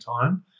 time